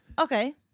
Okay